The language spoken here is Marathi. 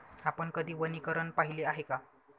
आपण कधी वनीकरण पाहिले आहे का?